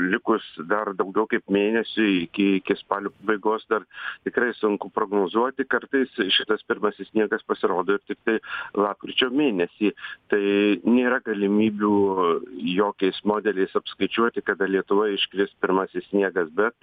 likus dar daugiau kaip mėnesiui iki iki spalio pabaigos dar tikrai sunku prognozuoti kartais šitas pirmasis sniegas pasirodo ir tiktai lapkričio mėnesį tai nėra galimybių jokiais modeliais apskaičiuoti kada lietuvoj iškris pirmasis sniegas bet